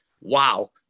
wow